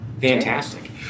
Fantastic